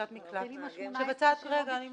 מקלט --- תתחיל עם ה-18,000 שלא ביקשו.